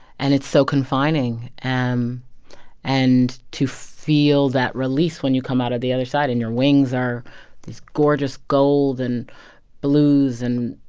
and it's so confining. and and to feel that release when you come out of the other side and your wings are these gorgeous gold and blues and,